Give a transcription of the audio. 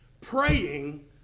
praying